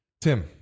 Tim